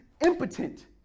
impotent